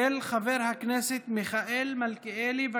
מס' 839, של חבר הכנסת מיכאל מלכיאלי.